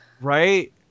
Right